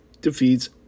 defeats